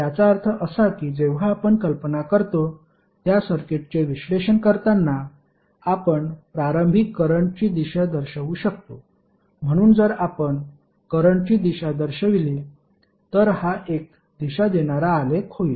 याचा अर्थ असा की जेव्हा आपण कल्पना करतो त्या सर्किटचे विश्लेषण करताना आपण प्रारंभिक करंटची दिशा दर्शवू शकतो म्हणून जर आपण करंटची दिशा दर्शविली तर हा एक दिशा देणारा आलेख होईल